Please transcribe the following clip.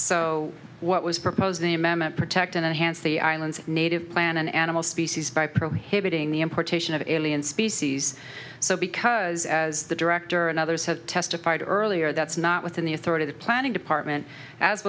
so what was proposed the amendment protect and enhance the island's native plant and animal species by prohibiting the importation of alien species so because as the director and others have testified earlier that's not within the authority the planning department as